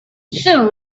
soon